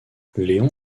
léon